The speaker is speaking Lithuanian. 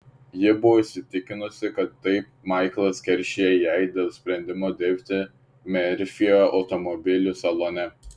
ji buvo įsitikinusi kad taip maiklas keršija jai dėl sprendimo dirbti merfio automobilių salone